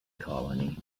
colony